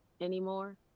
anymore